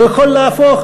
הוא יכול להפוך,